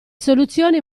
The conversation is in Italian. soluzioni